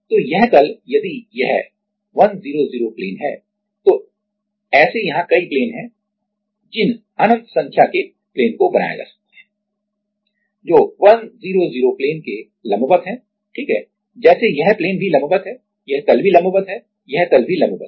तो यह तल यदि यह 100 प्लेन है तो ऐसे यहां कई प्लेन हैं जिन अनंत संख्या के प्लेन को बनाया जा सकता है जो 100 प्लेन के लंबवत हैं ठीक है जैसे यह प्लेन भी लंबवत है यह तल भी लंबवत है यह तल भी लंबवत है